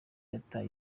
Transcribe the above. wataye